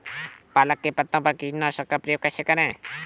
पालक के पत्तों पर कीटनाशक का प्रयोग कैसे करें?